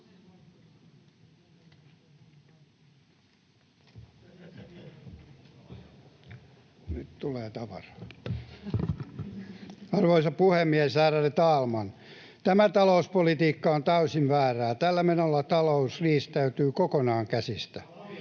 Arvoisa puhemies, ärade talman! Tämä talouspolitiikka on täysin väärää, tällä menolla talous riistäytyy kokonaan käsistä.